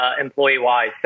employee-wise